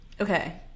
okay